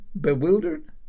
bewildered